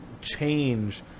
change